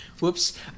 Whoops